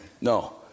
No